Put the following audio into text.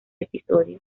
episodio